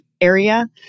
area